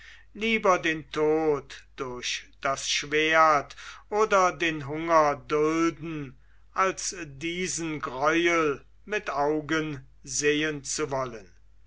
lieber den tod durch das schwert oder den hunger dulden als diesen greuel mit augen sehen zu wollen